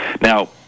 Now